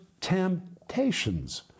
temptations